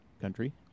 country